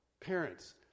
Parents